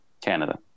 Canada